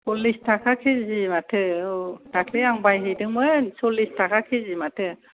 सलिस थाखा केजि माथो औ दाख्लि आं बायहैदोंमोन सलिस थाखा केजि माथो